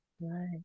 Right